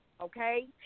okay